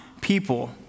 people